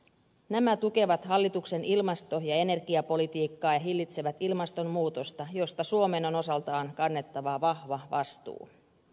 nämä tukevat hallituksen ilmasto ja energiapolitiikkaa ja hillitsevät ilmastonmuutosta josta suomen on osaltaan kannettava vahva vastuu